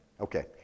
okay